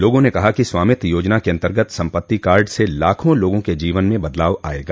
लोगों ने कहा कि स्वामित्व योजना के अंतर्गत सम्पत्ति कार्ड से लाखों लोगों के जीवन में बदलाव आयेगा